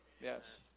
Yes